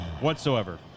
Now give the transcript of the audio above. whatsoever